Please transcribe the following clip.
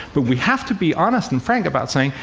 but we have to be honest and frank about saying,